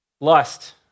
lust